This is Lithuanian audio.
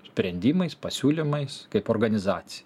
sprendimais pasiūlymais kaip organizacija